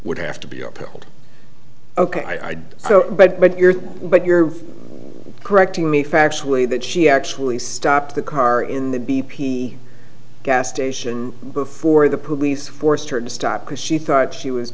would have to be upheld ok i did so but but you're but you're correcting me factually that she actually stopped the car in the b p gas station before the police forced her to stop because she thought she was